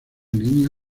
línea